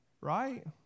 right